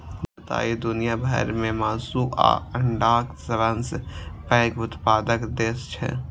भारत आइ दुनिया भर मे मासु आ अंडाक सबसं पैघ उत्पादक देश छै